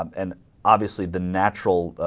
um and obviously the natural ah.